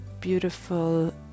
beautiful